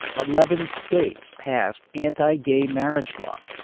eleven states passed anti-gay marriage laws.